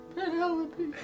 Penelope